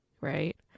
right